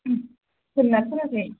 खोनादों ना खोनायाखै